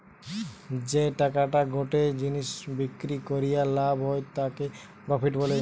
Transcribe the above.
যেই টাকাটা গটে জিনিস বিক্রি করিয়া লাভ হয় তাকে প্রফিট বলে